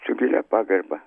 su gilia pagarba